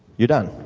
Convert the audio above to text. you're done.